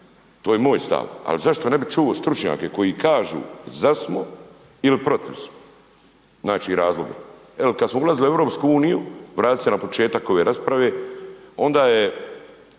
to je moj stav ali zašto ne bi čuo stručnjake koji kažu za smo ili protiv smo, znači razloga. Evo kad smo ulazili u EU, vratit ću se na početak ove rasprave, onda se